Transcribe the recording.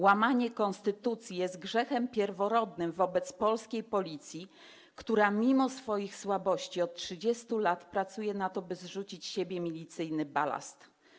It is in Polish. Łamanie konstytucji jest grzechem pierworodnym wobec polskiej Policji, która mimo swoich słabości od 30 lat pracuje na to, by zrzucić z siebie milicyjny balast.